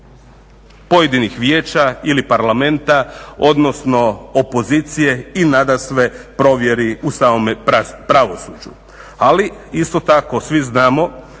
pojedinih vijeća ili parlamenta, odnosno opozicije i nadasve provjeri u samome pravosuđu. Ali isto tako svi znamo